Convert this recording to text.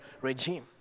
regime